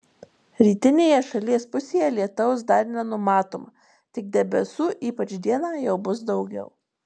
rytinėje šalies pusėje lietaus dar nenumatoma tik debesų ypač dieną jau bus daugiau